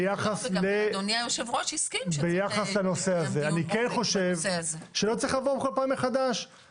גם אדוני היושב-ראש הסכים שצריך לקיים דיון עומק בנושא הזה.